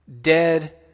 Dead